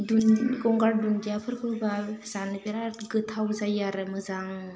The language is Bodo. दुन गंगार दुनजियाफोरखौ होबा जानो बिराद गोथाव जायो आरो मोजांनो